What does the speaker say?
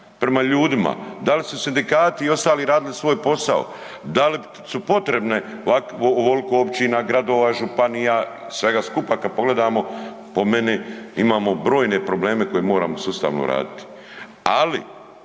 prema ljudima, da li su sindikati i ostali radili svoj posao, da li su potrebne ovolko općina, gradova, županija, svega skupa? Kad pogledamo po meni imamo brojne probleme koje moramo sustavno raditi, ali